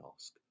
ask